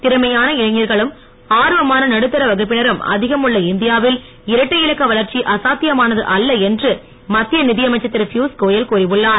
திறமையான இளைஞர்களும் ஆர்வமான நடுத்தர வகுப்பினரும் அதிகம் உள்ள இந்தியாவில் இரட்டை இலக்க வளர்ச்சி அசாத்தியமானது அல்ல என்று மத்திய நிதியமைச்சர் திரு பியுஸ் கோயல் கூறி உள்ளார்